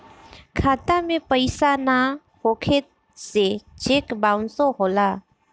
खाता में पइसा ना होखे से चेक बाउंसो होला